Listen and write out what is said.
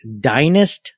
Dynast